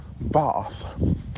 bath